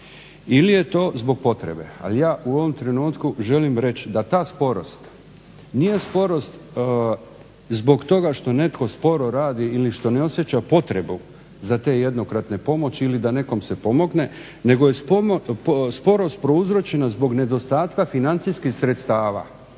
ili je to zbog potrebe, ali ja u ovom trenutku želim reći da ta sporost nije sporost zbog toga što netko sporo radi ili što ne osjeća potrebu za te jednokratne pomoći ili da nekom se pomogne nego je sporost prouzročena zbog nedostatka financijskih sredstava.